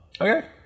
Okay